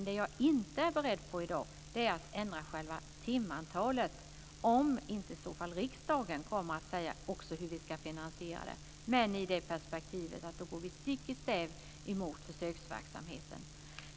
Det jag inte är beredd på i dag är att ändra själva timantalet, om inte riksdagen säger hur vi ska finansiera det. Det ska dock ses i perspektivet att det går stick i stäv med försöksverksamheten.